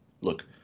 Look